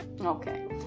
Okay